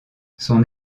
son